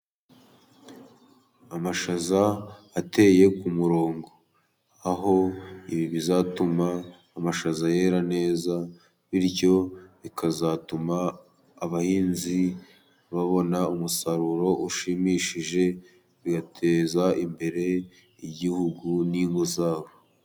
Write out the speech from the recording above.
Amashaza ateye ku murongo ,aho ibi bizatuma amashaza yera neza ,bityo bikazatuma abahinzi babona umusaruro ushimishije, uyateza imbere igihugu n'ingo zabo.